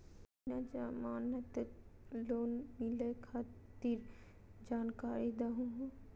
बिना जमानत लोन मिलई खातिर जानकारी दहु हो?